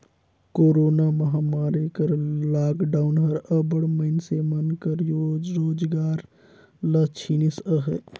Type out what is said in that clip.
corona महमारी कर lockdown हर अब्बड़ मइनसे मन कर रोजगार ल छीनिस अहे